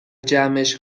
جمعش